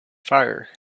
fire